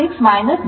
ಅದು 0